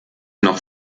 noch